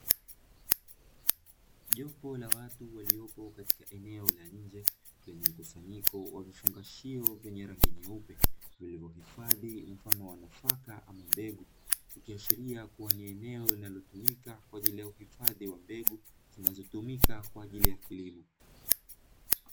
Jopo la watu waliopo katika eneo la nje, ilikusanyiko wa vifungashio kwenye rangi nyeupe, vilivyohifadhi mifano wanafaka ama mbegu vikiashiria kuwa ni eneo linalotumika kwa ajili ya kuhifadhi wa mbegu zinazotumika kwa ajili ya kilimo.